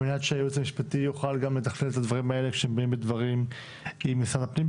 על מנת שהייעוץ המשפטי יוכל גם לתכלל את הדברים האלה עם משרד הפנים.